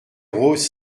rose